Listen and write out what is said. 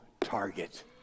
target